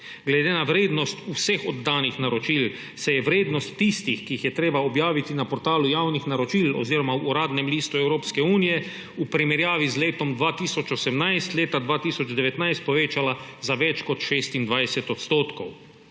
Glede na vrednost vseh oddanih naročil se je vrednost tistih, ki jih je treba objaviti na portalu javnih naročil oziroma v Uradnem listu Evropske unije, v primerjavi z letom 2018 leta 2019 povečala za več kot 26 %.